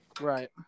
Right